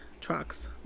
trucks